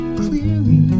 clearly